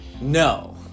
no